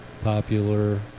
popular